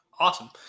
Awesome